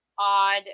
odd